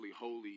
holy